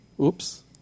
oops